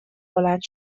بلند